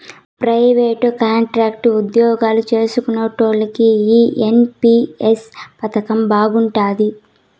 private, contract ఉజ్జోగాలు చేస్కునేటోల్లకి ఈ ఎన్.పి.ఎస్ పదకం బాగుండాది